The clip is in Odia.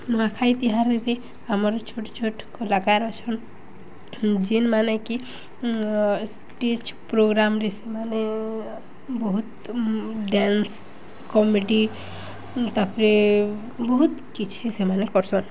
ନୂଆଖାଇ ତିହାର୍ରକେ ଆମର ଛୋଟ୍ ଛୋଟ୍ କଲାକାର ଅଛନ୍ ଯେନ୍ମାନେକ ଷ୍ଟେଜ୍ ପ୍ରୋଗ୍ରାମ୍ରେ ସେମାନେ ବହୁତ ଡ଼୍ୟାନ୍ସ କମେଡ଼ି ତାପରେ ବହୁତ୍ କିଛି ସେମାନେ କରସନ୍